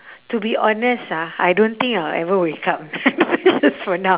to be honest ah I don't think I'll ever wake up that's for now